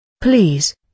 Please